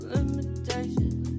Limitations